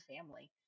family